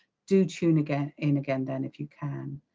do tune again in again then if you can.